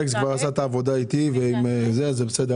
אלכס כבר עשה את העבודה איתי ועם --- זה בסדר,